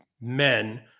men